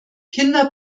kinder